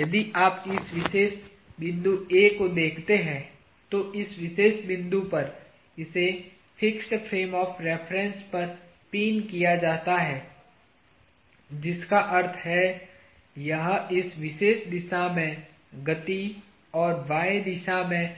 यदि आप इस विशेष बिंदु A को देखते हैं तो इस विशेष बिंदु पर इसे फिक्स्ड फ्रेम ऑफ़ रेफरेन्स पर पिन किया जाता है जिसका अर्थ है यह इस दिशा में गति और y दिशा में